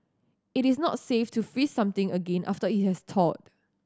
it is not safe to freeze something again after it has thawed